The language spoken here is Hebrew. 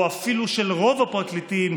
או אפילו של רוב הפרקליטים,